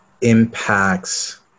impacts –